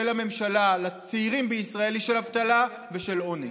של הממשלה לצעירים בישראל היא של אבטלה ושל עוני.